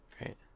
right